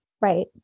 Right